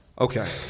Okay